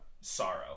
sorrow